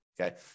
Okay